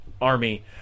army